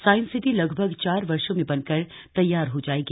science city लगभग चार वर्षो में बनकर तैयार हो जायेगी